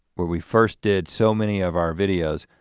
where we first did so many of our videos.